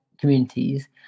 communities